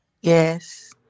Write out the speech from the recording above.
yes